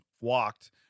walked